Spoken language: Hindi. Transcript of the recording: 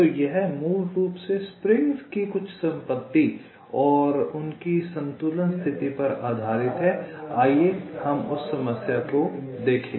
तो यह मूल रूप से स्प्रिंग्स की कुछ संपत्ति और उनकी संतुलन स्थिति पर आधारित है आइए हम उस समस्या को देखें